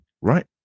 right